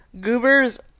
Goobers